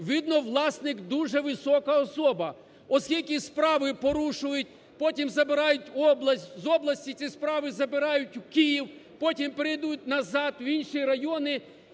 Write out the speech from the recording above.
Видно, власник дуже висока особа, оскільки справи порушують, потім забирають в область, з області ці справи забирають в Київ, потім перейдуть назад в інші райони,